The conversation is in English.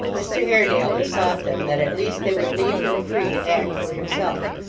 mr haredale besought them that at least they would leave him free to act for himself,